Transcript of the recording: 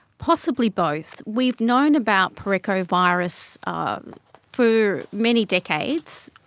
possibly both. we've known about parechovirus um for many decades.